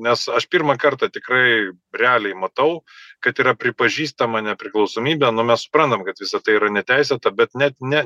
nes aš pirmą kartą tikrai realiai matau kad yra pripažįstama nepriklausomybė nu mes suprantam kad visa tai yra neteisėta bet net ne